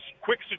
quick